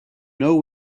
know